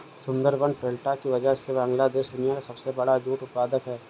Sundarban delta की वजह से बांग्लादेश दुनिया का सबसे बड़ा जूट उत्पादक है